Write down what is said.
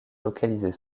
localiser